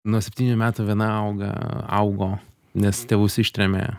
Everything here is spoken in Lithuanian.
nuo septynių metų viena auga augo nes tėvus ištrėmė